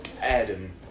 Adam